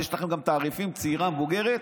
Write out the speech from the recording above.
יש לכם גם תעריפים, צעירה, מבוגרת?